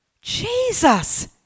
Jesus